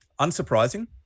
Unsurprising